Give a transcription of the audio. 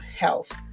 health